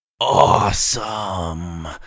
Awesome